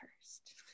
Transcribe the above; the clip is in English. first